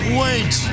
wait